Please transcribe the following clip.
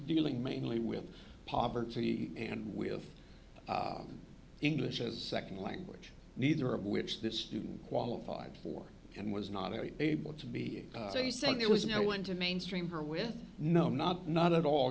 dealing mainly with poverty and we have english as a second language neither of which this student qualified for and was not able to be they said there was no one to mainstream her with no not not at all